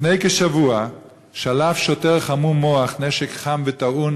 לפני כשבוע שלף שוטר חמום מוח נשק חם וטעון